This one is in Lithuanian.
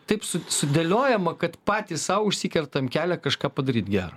taip su sudėliojama kad patys sau užsikertam kelią kažką padaryt gero